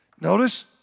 Notice